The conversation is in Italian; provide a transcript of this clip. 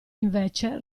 invece